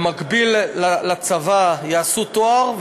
במקביל לצבא יעשו תואר,